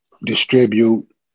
distribute